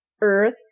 Earth